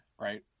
right